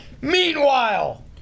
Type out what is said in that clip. Meanwhile